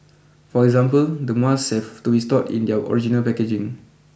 for example the masks have to be stored in their original packaging